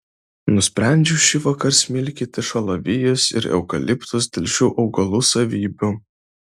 nusprendžiau šįvakar smilkyti šalavijus ir eukaliptus dėl šių augalų savybių